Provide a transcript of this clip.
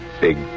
Big